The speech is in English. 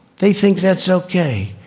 they think that's okay,